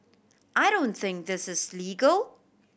I don't think this is legal